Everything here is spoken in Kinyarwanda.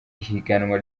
ihiganwa